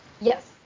Yes